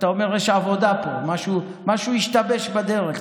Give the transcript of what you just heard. אתה אומר, יש פה עבודה, משהו השתבש בדרך.